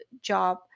job